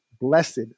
blessed